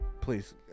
Please